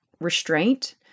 restraint